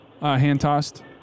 Hand-tossed